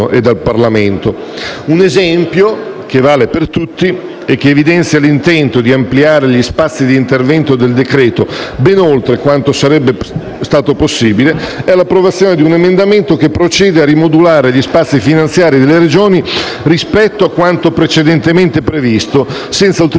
Un esempio che vale per tutti e che evidenzia l'intento di ampliare gli spazi di intervento del decreto ben oltre quanto sarebbe possibile: l'approvazione di un emendamento che procede a rimodulare gli spazi finanziari delle Regioni rispetto a quanto precedentemente previsto, senza oltretutto